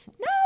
No